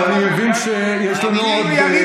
אבל אני מבין שיש לנו עמדה נוספת.